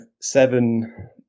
seven